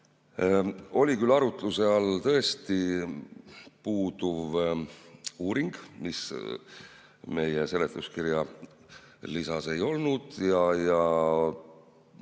Oli küll arutluse all puuduv uuring, mida meie seletuskirja lisas ei olnud.